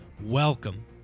Welcome